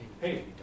hey